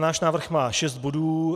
Náš návrh má šest bodů.